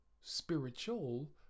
spiritual